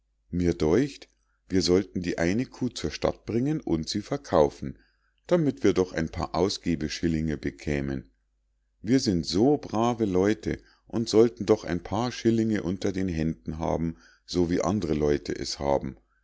mir däucht wir sollten die eine kuh zur stadt bringen und sie verkaufen damit wir doch ein paar ausgebeschillinge bekämen wir sind so brave leute und sollten doch ein paar schillinge unter den händen haben so wie andre leute es haben